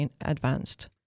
advanced